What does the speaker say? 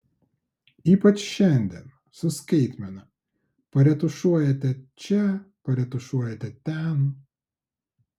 ypač šiandien su skaitmena paretušuojate čia paretušuojate ten